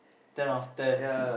ten out of ten